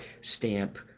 stamp